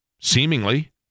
seemingly